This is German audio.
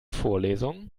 vorlesung